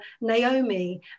Naomi